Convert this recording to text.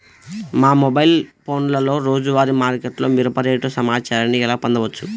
మా మొబైల్ ఫోన్లలో రోజువారీ మార్కెట్లో మిరప రేటు సమాచారాన్ని ఎలా పొందవచ్చు?